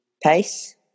pace